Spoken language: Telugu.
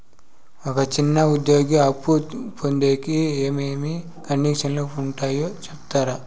ఒక చిన్న ఉద్యోగి అప్పు పొందేకి ఏమేమి కండిషన్లు ఉంటాయో సెప్తారా?